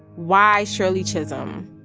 why shirley chisholm?